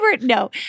no